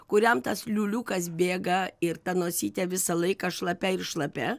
kuriam tas liuliukas bėga ir ta nosytė visą laiką šlapia ir šlapia